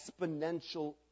exponential